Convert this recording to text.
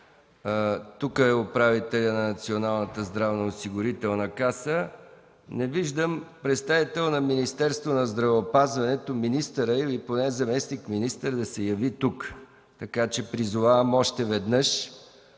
Тук е управителят на Националната здравноосигурителна каса, но не виждам представител на Министерството на здравеопазването – министърът или поне заместник-министърът да се яви тук, така че призовавам още веднъж